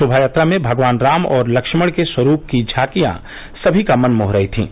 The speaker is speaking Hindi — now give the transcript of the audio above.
शोमायात्रा में भगवान राम और लक्ष्मण के स्वरूप की झांकिया सभी का मन मोह रही थीं